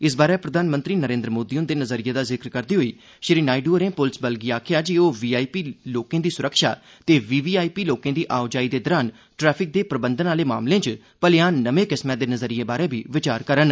इस बारै प्रधानमंत्री नरेन्द्र मोदी हुंदे नज़रिये दा जिक्र करदे होई श्री नायडु होरें पुलस बल गी आखेआ जे ओह वी आई पी लोकें दी सुरक्षा ते वी वी आई पी लोकें दी आओजाई दे दौरान ट्रैफिक दे प्रबंधन आह्ले मामले च भलेआं नमें किस्मै दे नज़रियें बारै बी विचार करन